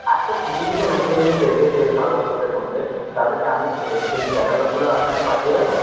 আচ্ছা কিছু কিছু নতুন জিনিস এসেছে সালোয়ার সুটের মধ্যে তাহলে কি আমি সেই ক্যাটালগগুলো আপনাকে পাঠিয়ে দেব